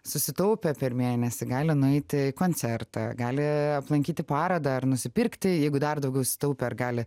susitaupė per mėnesį gali nueiti į koncertą gali aplankyti parodą ar nusipirkti jeigu dar daugiau sutaupę ar gali